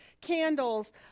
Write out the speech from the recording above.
candles